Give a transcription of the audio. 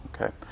Okay